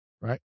right